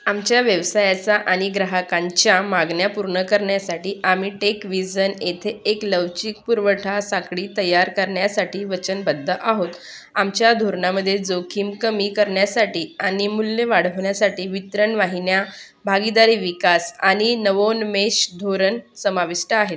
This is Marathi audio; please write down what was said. आमच्या व्यवसायाचा आणि ग्राहकांच्या मागण्या पूर्ण करण्यासाठी आम्ही टेकविजन येथे एक लवचिक पुरवठा साखळी तयार करण्यासाठी वचनबद्ध आहोत आमच्या धोरणामध्ये जोखीम कमी करण्यासाठी आणि मूल्य वाढवण्यासाठी वितरण वाहिन्या भागीदारी विकास आणि नवोन्मेष धोरण समाविष्ट आहे